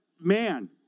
man